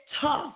tough